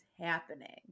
happening